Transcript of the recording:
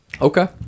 Okay